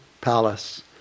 palace